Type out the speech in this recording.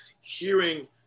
hearing